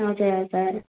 हजुर हजुर